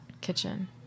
kitchen